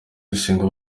gusenga